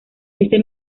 ese